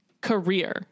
career